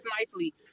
nicely